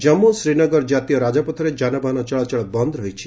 ଜାମ୍ମୁ ଶ୍ରୀନଗର ଜାତୀୟ ରାଜପଥରେ ଯାନବାହନ ଚଳାଚଳ ବନ୍ଦ ରହିଛି